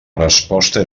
resposta